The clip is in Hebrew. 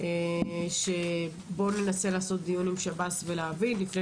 במליאה שננסה לעשות דיון עם שב"ס לפני